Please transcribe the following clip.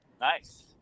Nice